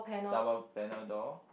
double panel door